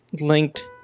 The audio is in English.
Linked